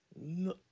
No